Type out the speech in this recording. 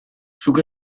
zuk